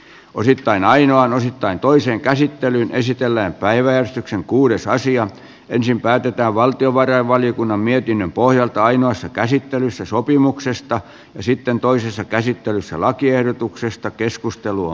osittain ainoan osittain toisen käsittelyn esitellään päiväystyksen kuudessa asiaa ensin päätetään valtiovarainvaliokunnan mietinnön pohjalta ainoassa käsittelyssä sopimuksesta ja sitten toisessa käsittelyssä lakiehdotuksesta keskustelua